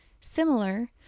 Similar